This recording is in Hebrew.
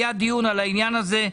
היה דיון על העניין הזה.